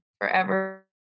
forever